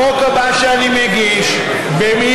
החוק הבא שאני מגיש במיידי,